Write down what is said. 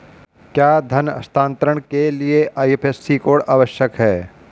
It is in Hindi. क्या धन हस्तांतरण के लिए आई.एफ.एस.सी कोड आवश्यक है?